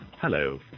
Hello